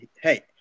hey